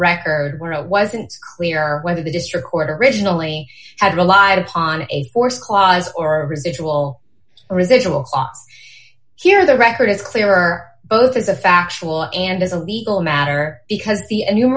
record where it wasn't clear whether the district court originally had relied upon a forced clause or a residual residual here the record is clear are both as a factual and as a legal matter because the n